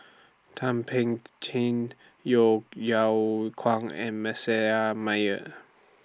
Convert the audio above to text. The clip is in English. Thum Ping Tjin Yeo Yeow Kwang and Meyer